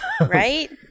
Right